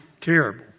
terrible